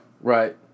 Right